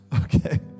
Okay